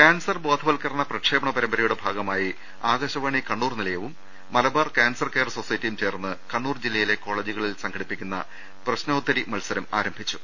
cancer ബോധവത്കരണ പ്രക്ഷേപണ പ്രമ്പരയുടെ ഭാഗ മായി ആകാശവാണി കണ്ണൂർ നില്യവും മലബാർ കാൻസർ കെയർ സൊസൈറ്റിയും ചേർന്ന് കണ്ണൂർ ജില്ല യിലെ കോളജുകളിൽ സംഘടിപ്പിക്കുന്ന പ്രശ്നോത്തരി മത്സരം ആരംഭിച്ചു